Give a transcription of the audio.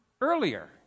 earlier